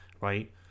right